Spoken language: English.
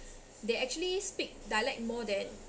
they actually speak dialect more than